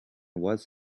was